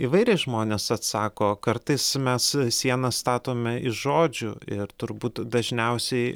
įvairiai žmonės atsako kartais mes sienas statome iš žodžių ir turbūt dažniausiai